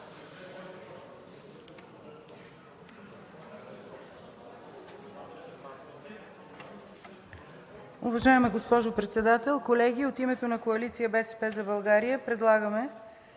Уважаема госпожо Председател, колеги! От името на Коалиция „БСП за България“ предлагаме